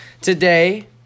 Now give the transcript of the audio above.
today